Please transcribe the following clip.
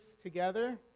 together